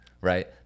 Right